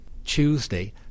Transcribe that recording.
Tuesday